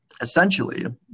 essentially